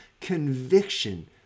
conviction